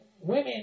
Women